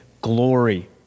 glory